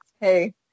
hey